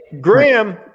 Graham